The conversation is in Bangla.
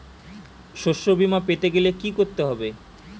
শষ্যবীমা পেতে গেলে কি করতে হবে?